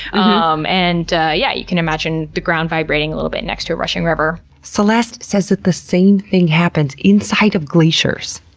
um and ah yeah you can imagine the ground vibrating a little bit next to a rushing river. celeste says that the same thing happens inside of glaciers!